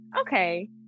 okay